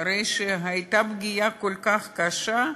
אחרי שהייתה פגיעה כל כך קשה,